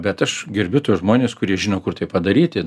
bet aš gerbiu tuos žmones kurie žino kur tai padaryti